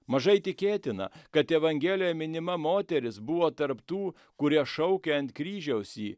mažai tikėtina kad evangelijoje minima moteris buvo tarp tų kurie šaukė ant kryžiaus jį